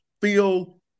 feel